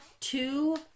two